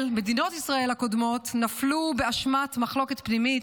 הקודמות נפלו באשמת מחלוקת פנימית,